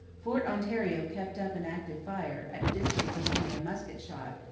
fort ontario kept up an active fire, at a distance of only a musket shot,